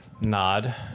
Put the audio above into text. nod